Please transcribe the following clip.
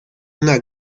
una